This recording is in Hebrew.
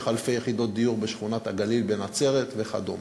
של אלפי יחידות דיור בשכונת-הגליל בנצרת וכדומה.